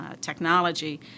technology